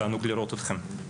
תענוג לראותכם.